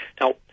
Now